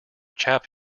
chap